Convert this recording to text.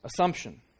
assumption